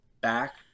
back